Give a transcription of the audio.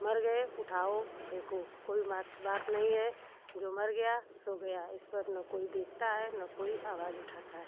मर गए उठाओ फेंको कोई बात बात नहीं है जो मर गया सो गया इस पर न कोई देखता है न कोई आवाज़ उठाता है